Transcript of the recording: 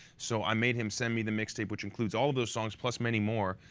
so i made him send me the mixtape which includes all of the songs plus many more.